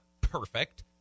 perfect